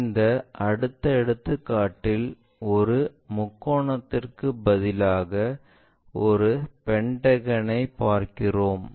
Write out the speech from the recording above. இந்த அடுத்த எடுத்துக்காட்டில் ஒரு முக்கோணத்திற்கு பதிலாக ஒரு பென்டகனைப் பார்க்கிறோம்